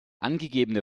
angegebene